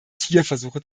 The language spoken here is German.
tierversuche